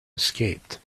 escaped